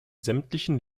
sämtlichen